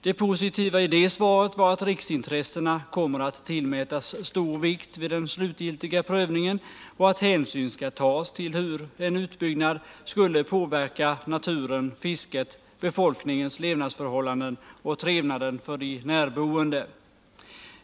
Det positiva i det svaret var att riksintressena kommer att tillmätas stor vikt vid den slutliga prövningen och att hänsyn skall tas till hur en utbyggnad skulle påverka naturen, fisket, befolkningens levnadsförhållanden och trevnaden för de närboende.